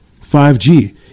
5G